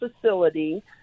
facility